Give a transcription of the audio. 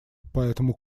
поэтому